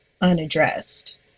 unaddressed